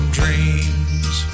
dreams